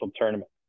tournament